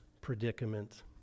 predicament